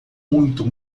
muito